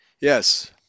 yes